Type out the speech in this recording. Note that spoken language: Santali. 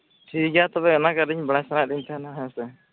ᱴᱷᱤᱠ ᱜᱮᱭᱟ ᱛᱚᱵᱮ ᱚᱱᱟᱜᱮ ᱟᱹᱞᱤᱧ ᱵᱟᱲᱟᱭ ᱥᱟᱱᱟᱭᱮᱫ ᱞᱤᱧ ᱛᱟᱦᱮᱱᱟ ᱦᱮᱸ ᱥᱮ